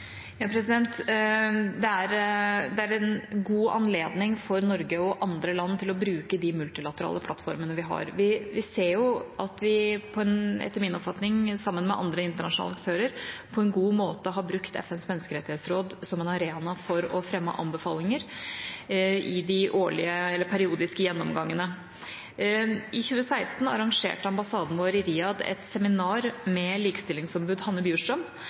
Det er en god anledning for Norge og andre land til å bruke de multilaterale plattformene vi har. Vi ser at vi – etter min oppfatning – sammen med andre internasjonale aktører på en god måte har brukt FNs menneskerettighetsråd som en arena for å fremme anbefalinger i de periodiske gjennomgangene. I 2016 arrangerte ambassaden vår i Riyadh et seminar med likestillingsombud Hanne Bjurstrøm.